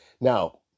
Now